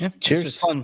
Cheers